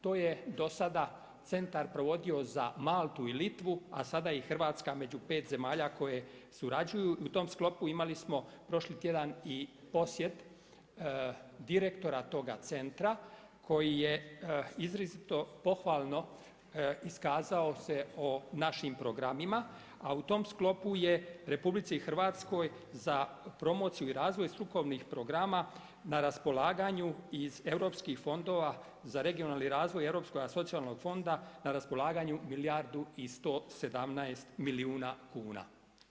To je dosada centar provodio za Maltu i Litvu, a sada je i Hrvatska među 5 zemalja, koje su surađuju i u tom sklopu imali smo prošli tjedan i posjet direktora toga centra, koji je izrazito pohvalno iskazao se o našim programima, a u tom sklopu je RH za promociju i razvoj strukovnih programa, na raspolaganju iz europskih fondova za regionalni razvoj europskog socijalnog fonda, na raspolaganju milijardu i 117 milijuna kuna.